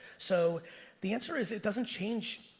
so the answer is it doesn't change.